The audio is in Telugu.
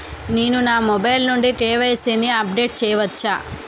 నేను నా మొబైల్ నుండి కే.వై.సీ ని అప్డేట్ చేయవచ్చా?